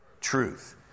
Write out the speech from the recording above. truth